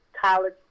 College